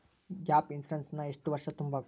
Gap insurance ನ ಎಷ್ಟ್ ವರ್ಷ ತುಂಬಕು?